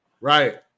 Right